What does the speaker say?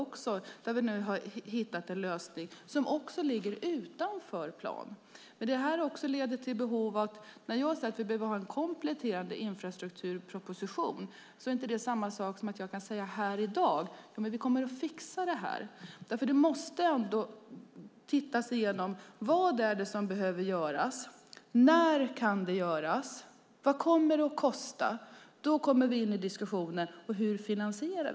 Där har vi nu hittat en lösning som ligger utanför planen. När jag säger att vi behöver ha en kompletterande infrastrukturproposition är det inte samma sak som att jag här i dag kan säga att vi kommer att fixa det här, därför att man måste titta igenom vad det är som behöver göras, när det kan göras och vad det kommer att kosta. Då kommer vi in på diskussionen om hur vi finansierar det.